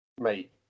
mate